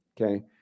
okay